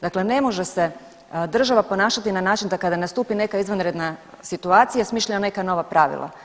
Dakle, ne može se država ponašati na način da kada nastupi neka izvanredna situacija smišlja neka nova pravila.